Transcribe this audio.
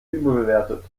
überbewertet